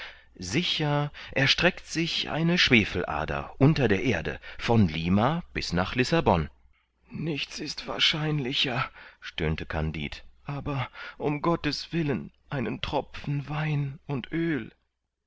sicher erstreckt sich eine schwefelader unter der erde von lima bis nach lissabon nichts ist wahrscheinlicher stöhnte kandid aber um gotteswillen einen tropfen wein und oel